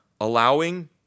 allowing